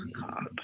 God